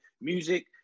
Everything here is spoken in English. Music